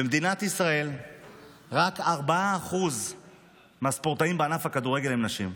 במדינת ישראל רק 4% מהספורטאים בענף הכדורגל הם נשים,